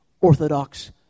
Orthodox